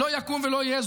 לא יקום ולא יהיה.